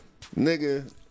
Nigga